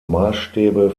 maßstäbe